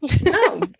No